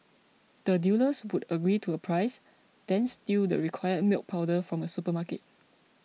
the dealers would agree to a price then steal the required milk powder from a supermarket